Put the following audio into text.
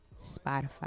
Spotify